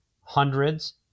hundreds